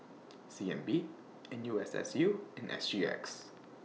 C N B N U S S U and S G X